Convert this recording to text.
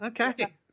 Okay